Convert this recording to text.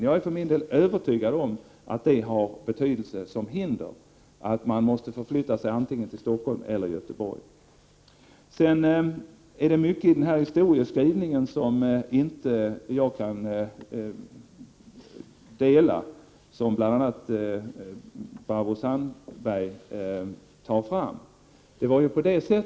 Jag är övertygad om att det faktum att eleverna måste förflytta sig till Stockholm eller Göteborg är ett hinder som har betydelse. Det är mycket i bl.a. Barbro Sandbergs historieskrivning som jag inte kan hålla med om.